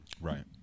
right